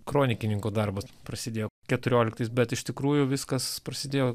kronikininko darbas prasidėjo keturioliktais bet iš tikrųjų viskas prasidėjo